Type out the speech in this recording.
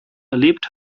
erlebt